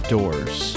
Doors